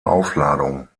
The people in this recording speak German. aufladung